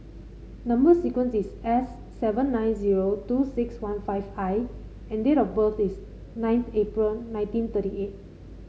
number sequence is S seven nine zero two six one five I and date of birth is ninth April nineteen thirty eight